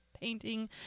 painting